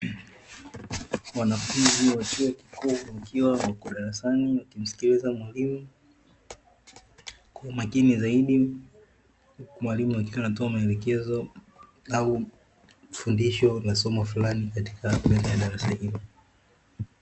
Wanafunzi wa chuo kikuu wakiwa wako darasani wakimskiliza mwalimu kwa umakini zaidi, huku mwalimu akiwa anatoa maelekezo au fundisho la somo flani katika meza ya darasa hilo.